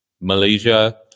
Malaysia